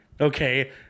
Okay